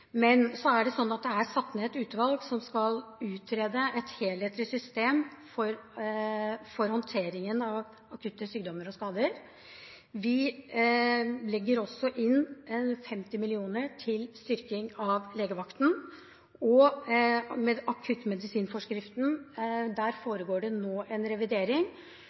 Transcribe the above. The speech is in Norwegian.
Så er det slik at det er satt ned et utvalg som skal utrede et helhetlig system for håndteringen av akutte sykdommer og skader. Vi legger også inn 50 mill. kr til styrking av legevakten, og i akuttmedisinforskriften foregår det nå en revidering,